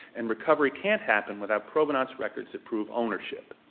and recovery can't happen without provenance records that prove ownership.